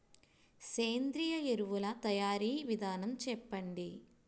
సేంద్రీయ ఎరువుల తయారీ విధానం చెప్పండి?